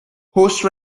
horse